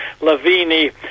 Lavini